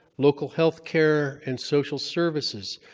local healthcare, and social services.